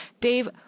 Dave